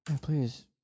Please